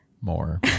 more